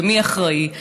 ומי אחראי,